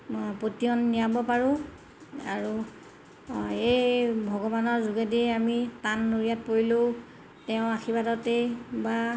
পতিয়ন নিয়াব পাৰোঁ আৰু এই ভগৱানৰ যোগেদি আমি টান নৰীয়াত পৰিলেও তেওঁ আশীৰ্বাদতেই বা